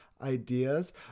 ideas